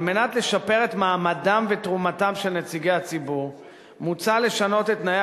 כדי לשפר את מעמדם ותרומתם של נציגי הציבור מוצע לשנות את תנאי